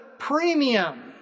premium